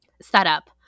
setup